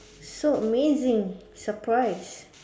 so amazing surprise